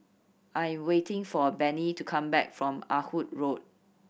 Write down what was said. I am waiting for Bennie to come back from Ah Hood Road